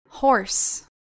horse